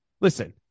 listen